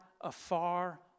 afar